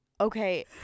Okay